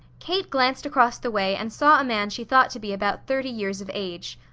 kate glanced across the way and saw a man she thought to be about thirty years of age.